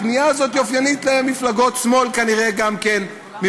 הפנייה הזאת היא אופיינית למפלגות שמאל כנראה גם מבחינתכם,